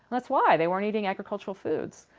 that's why. they weren't eating agricultural foods.